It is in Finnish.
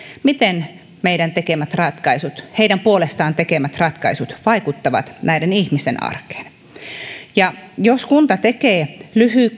miten meidän tekemämme ratkaisut heidän puolestaan tekemämme ratkaisut vaikuttavat näiden ihmisten arkeen jos kunta tekee